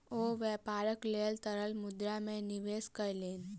ओ व्यापारक लेल तरल मुद्रा में निवेश कयलैन